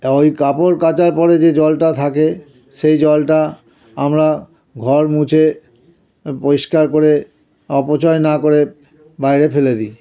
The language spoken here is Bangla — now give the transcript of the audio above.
তা ওই কাপড় কাচার পরে যে জলটা থাকে সেই জলটা আমরা ঘর মুছে পরিষ্কার করে অপচয় না করে বাইরে ফেলে দিই